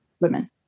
women